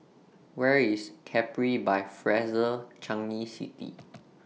Where IS Capri By Fraser Changi City